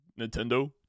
Nintendo